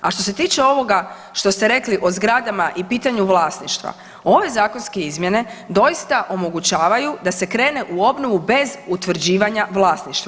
A što se tiče ovoga što ste rekli o zgradama i pitanju vlasništva, ove zakonske izmjene doista omogućavaju da se krene u obnovu bez utvrđivanja vlasništva.